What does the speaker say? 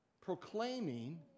proclaiming